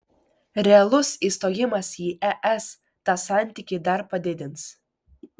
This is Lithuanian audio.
realus įstojimas į es tą santykį dar padidins